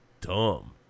dumb